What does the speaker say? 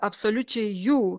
absoliučiai jų